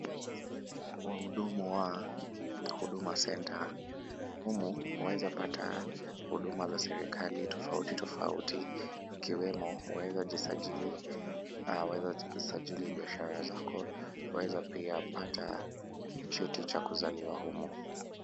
Wahudumu wa Huduma Center. Humu waeza pata huduma za serikali tofauti tofauti ikiwemo waeza jisajili au waeza sajili biashara zako, waeza pia pata cheti cha kuzaliwa humu.